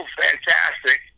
fantastic